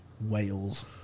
Wales